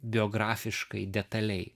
biografiškai detaliai